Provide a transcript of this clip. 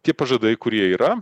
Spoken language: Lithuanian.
tie pažadai kurie yra